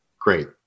Great